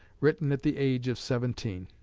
written at the age of seventeen.